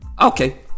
Okay